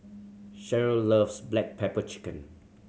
Sheryl loves black pepper chicken